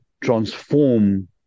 transform